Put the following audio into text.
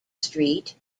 street